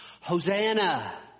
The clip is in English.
Hosanna